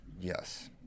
Yes